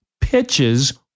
pitches